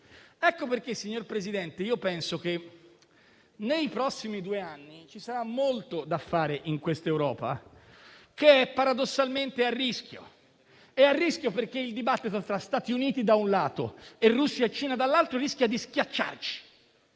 europeo. Signor Presidente, penso che nei prossimi due anni ci sarà molto da fare in quest'Europa, che è paradossalmente a rischio, perché il dibattito tra Stati Uniti, da un lato, e Russia e Cina, dall'altro, rischia di schiacciarci